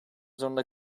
zorunda